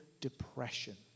depression